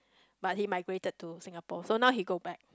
but he migrated to Singapore so now he go back